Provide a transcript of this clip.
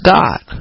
God